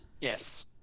yes